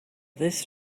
this